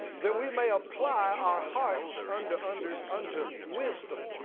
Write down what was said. that we may apply our hearts unto and unto wisdom.